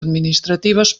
administratives